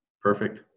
Perfect